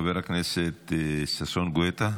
חבר הכנסת ששון גואטה,